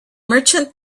merchant